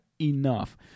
enough